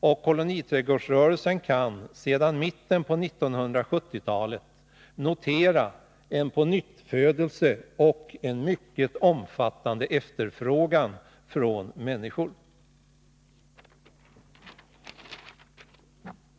Och koloniträdgårdsrörelsen kan sedan mitten av 1970-talet notera en pånyttfödelse och en mycket omfattande efterfrågan.